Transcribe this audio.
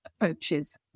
approaches